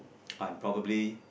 I'm probably